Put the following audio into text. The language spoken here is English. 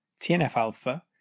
TNF-alpha